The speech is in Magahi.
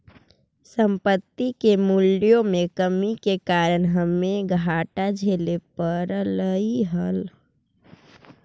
संपत्ति के मूल्यों में कमी के कारण हमे घाटा झेले पड़लइ हल